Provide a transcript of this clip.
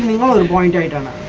mother going to and